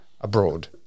abroad